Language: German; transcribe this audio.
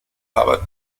herbert